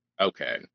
Okay